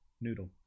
Noodle